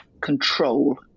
control